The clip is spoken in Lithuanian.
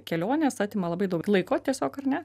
kelionės atima labai daug laiko tiesiog ar ne